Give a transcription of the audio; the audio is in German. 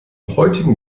heutigen